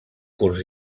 curs